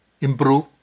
improve